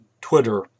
Twitter